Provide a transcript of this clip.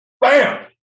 Bam